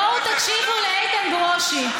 בואו תקשיבו לאיתן ברושי.